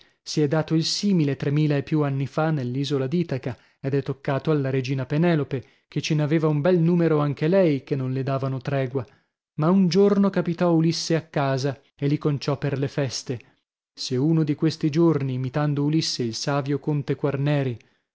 si è dato il simile tremila e più anni fa nell'isola d'itaca ed è toccato alla regina penelope ce ne aveva un bel numero anche lei che non le davano tregua ma un giorno capitò ulisse a casa e li conciò per le feste se uno di questi giorni imitando ulisse il savio conte quarneri